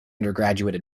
undergraduate